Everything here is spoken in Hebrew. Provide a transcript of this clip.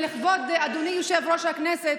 אדוני יושב-ראש הכנסת,